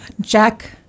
Jack